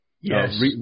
Yes